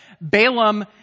Balaam